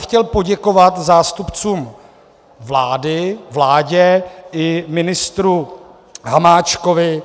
Chtěl bych poděkovat zástupcům vlády, vládě i ministru Hamáčkovi.